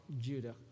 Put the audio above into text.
Judah